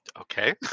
Okay